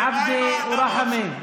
עבדה ורחמה.